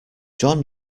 john